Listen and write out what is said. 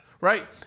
right